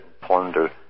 ponder